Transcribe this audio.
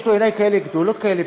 יש לו עיניים גדולות כאלה,